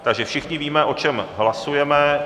Takže všichni víme, o čem hlasujeme.